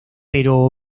pero